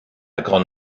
grande